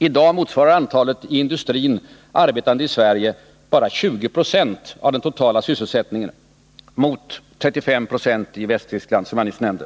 I dag motsvarar antalet i industrin arbetande i Sverige bara 20 90 av den totala sysselsättningen mot, som jag nyss nämnde, 35 96 i Västtyskland.